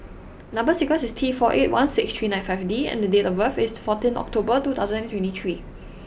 number sequence is T four eight one six three nine five D and date of birth is fourteen October two thousand and twenty three